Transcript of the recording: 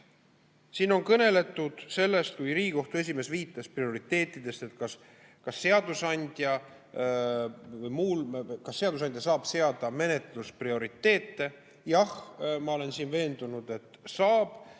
Siin on kõneletud sellest, kui Riigikohtu esimees viitas prioriteetidele, kas seadusandja saab seada menetlusprioriteete. Jah, ma olen veendunud, et saab